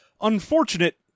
unfortunate